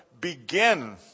begin